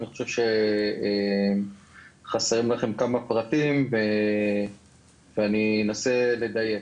אני חושב שחסרים לכם כמה פרטים, ואני אנסה לדייק.